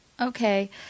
okay